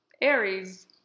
aries